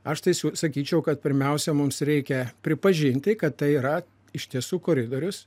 aš tai siū sakyčiau kad pirmiausia mums reikia pripažinti kad tai yra iš tiesų koridorius